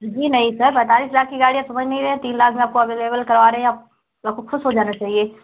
जी नहीं सर पैंतालीस लाख की गाड़ी है समझ नहीं रहे तीन लाख में आपको अवेलेबल करवा रहें आप आपको ख़ुश हो जाना चहिए